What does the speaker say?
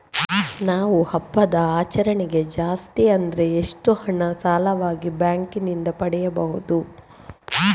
ನಾವು ಹಬ್ಬದ ಆಚರಣೆಗೆ ಜಾಸ್ತಿ ಅಂದ್ರೆ ಎಷ್ಟು ಹಣ ಸಾಲವಾಗಿ ಬ್ಯಾಂಕ್ ನಿಂದ ಪಡೆಯಬಹುದು?